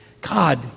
God